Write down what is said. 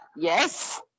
Yes